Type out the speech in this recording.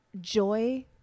joy